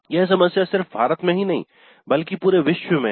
यह समस्या सिर्फ भारत में ही नहीं बल्कि पूरे विश्व में है